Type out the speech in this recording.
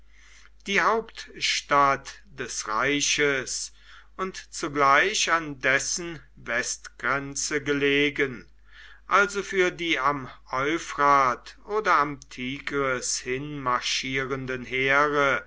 die hauptstadt des reiches und zugleich an dessen westgrenze gelegen also für die am euphrat oder am tigris hinabmarschierenden heere